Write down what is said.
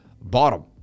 bottom